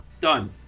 done